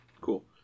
Cool